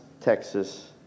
Texas